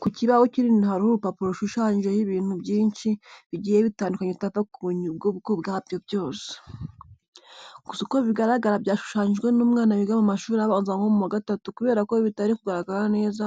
Ku kibaho kinini hariho urupapuro rushushanyijeho ibintu byinshi bigiye bitandukanye utapfa kumenya ubwoko bwabyo byose. Gusa uko bigaragara byashushanyijwe n'umwana wiga mu mashuri abanza nko mu wa gatatu kubera ko bitari kugaragaza neza